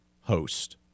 host